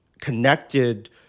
connected